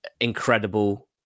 incredible